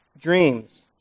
dreams